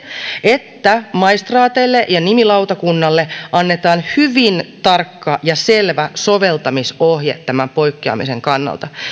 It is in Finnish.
että maistraateille ja nimilautakunnalle annetaan hyvin tarkka ja selvä soveltamisohje tämän poikkeamisen kannalta